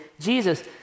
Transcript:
Jesus